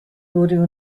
wurde